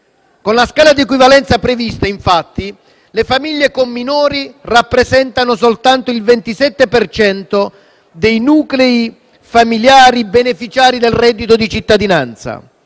con la scala di equivalenza prevista, infatti, le famiglie con minori rappresentano soltanto il 27 per cento dei nuclei familiari beneficiari del reddito di cittadinanza,